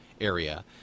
area